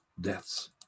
deaths